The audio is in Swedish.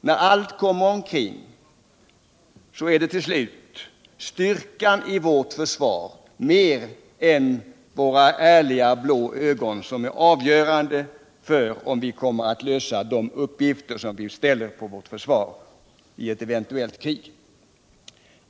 När allt kommer omkring, är det till slut styrkan i vårt försvar mer än våra ärliga blå ögon som är avgörande för om vårt försvar kommer att lösa de uppgifter som vi ställer det inför i ett eventuellt krig.